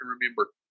remember